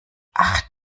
ach